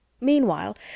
Meanwhile